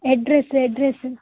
address address